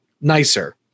nicer